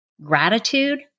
gratitude